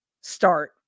start